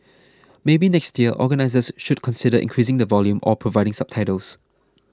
maybe next year organisers should consider increasing the volume or providing subtitles